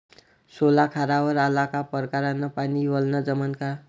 सोला खारावर आला का परकारं न पानी वलनं जमन का?